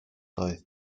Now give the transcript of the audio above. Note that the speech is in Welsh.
doedd